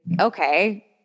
okay